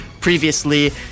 previously